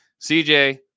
CJ